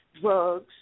drugs